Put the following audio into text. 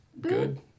good